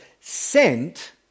Sent